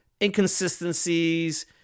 inconsistencies